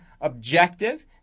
objective